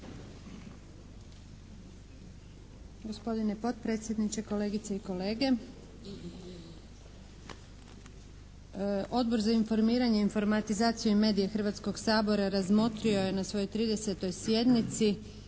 Gospodine potpredsjedniče, kolegice i kolege. Odbor za informiranje, informatizaciju i medije Hrvatskog sabora razmotrio je na svojoj 30. sjednici